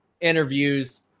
interviews